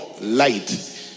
light